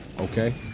Okay